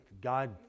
God